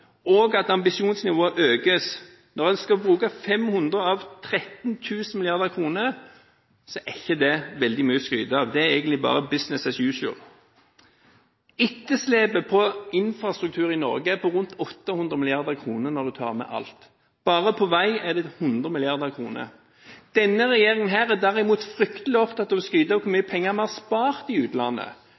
og at ambisjonsnivået økes. Når en skal bruke 500 av 13 000 mrd. kr, er ikke det veldig mye å skryte av. Det er egentlig bare «business as usual». Etterslepet på infrastruktur i Norge er på rundt 800 mrd. kr når du tar med alt. Bare på vei er det 100 mrd. kr. Denne regjeringen er derimot fryktelig opptatt av å skryte av hvor mye penger vi har spart i utlandet.